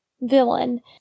villain